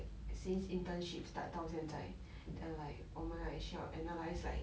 since internship start 到现在 then like 我们 like 需要 analyse like